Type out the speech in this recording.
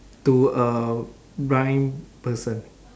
to a blind person